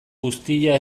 guztia